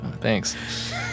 Thanks